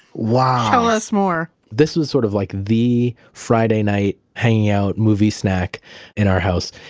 wow! tell us more this was sort of like the friday night hanging out, movie, snack in our house.